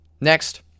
Next